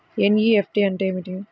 NEFT అంటే ఏమిటి?